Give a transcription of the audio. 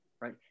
right